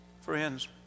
Friends